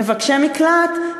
מבקשי מקלט,